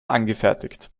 angefertigt